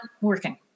working